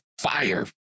fire